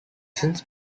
since